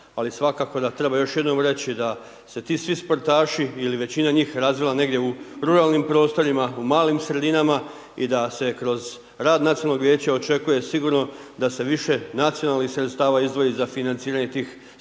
Ali svakako da treba još jednom reći, da se ti svi sportaši ili većina njih razvila negdje u ruralnim prostorima, u malim sredinama i da se kroz rad nacionalnog vijeća očekuje sigurno da se više nacionalnih sredstava izdvoji za financiranje tih sportova